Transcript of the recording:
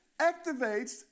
activates